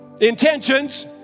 intentions